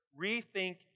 Rethink